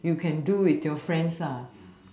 you can do with your friends lah